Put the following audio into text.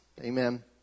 Amen